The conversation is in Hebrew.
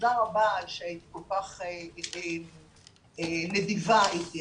ותודה רבה שהיית כל כך נדיבה איתי,